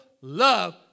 love